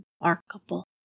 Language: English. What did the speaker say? remarkable